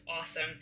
awesome